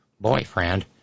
boyfriend